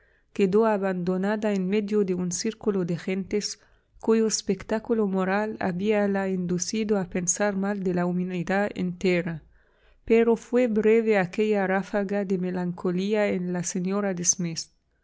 quedó abandonada en medio de un círculo de gentes cuyo espectáculo moral habíala inducido a pensar mal de la humanidad entera pero fué breve aquella ráfaga de melancolía en la señora de